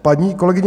Paní kolegyně